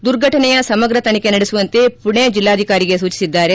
ದುರ್ಘಟನೆಯ ಸಮಗ್ರ ತನಿಖೆ ನಡೆಸುವಂತೆ ಪುಣೆ ಜಿಲ್ಲಾಧಿಕಾರಿಗೆ ಸೂಚಿಸಿದ್ದಾರೆ